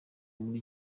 muri